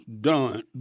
done